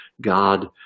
God